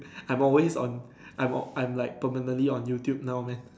I'm always on I'm all I'm like permanently on YouTube now man